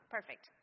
Perfect